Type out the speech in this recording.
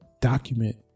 document